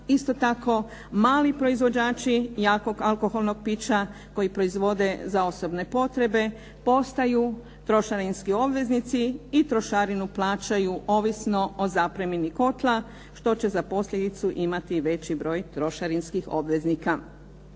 Isto tako, mali proizvođači jakog alkoholnog pića koji proizvode za osobne potrebe postaju trošarinski obveznici i trošarinu plaćaju ovisno o zapremini kotla, što će za posljedicu imati veći broj trošarinskih obveznika.